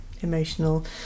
emotional